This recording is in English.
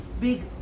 big